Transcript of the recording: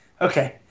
okay